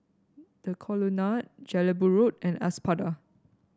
The Colonnade Jelebu Road and Espada